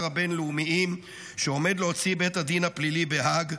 הבין-לאומיים שעומד להוציא בית הדין הפלילי בהאג,